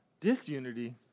disunity